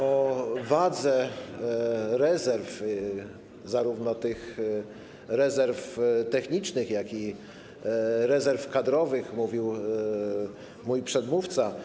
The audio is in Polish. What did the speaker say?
O wadze rezerw - zarówno rezerw technicznych, jak i rezerw kadrowych mówił mój przedmówca.